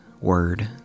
word